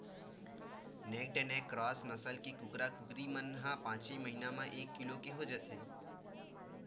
naked neck cross नसल के कुकरा, कुकरी मन ह पाँचे महिना म एक किलो के हो जाथे